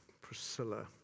Priscilla